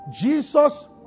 Jesus